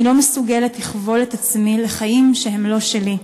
אני לא מסוגלת לכבול את עצמי לחיים שהם לא שלי,